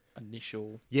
initial